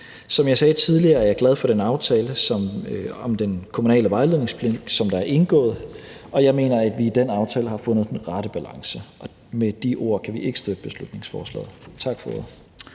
Som jeg sagde tidligere, er jeg glad for den aftale om den kommunale vejledningspligt, der er indgået, og jeg mener, at vi i den aftale har fundet den rette balance. Med de ord kan vi ikke støtte beslutningsforslaget. Tak for ordet.